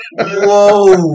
Whoa